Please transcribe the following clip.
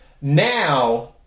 Now